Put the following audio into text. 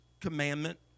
commandment